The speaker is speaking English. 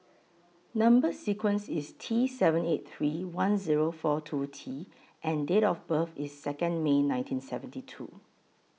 Number sequence IS T seven eight three one Zero four two T and Date of birth IS Second May nineteen seventy two